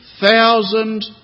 thousand